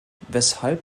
weshalb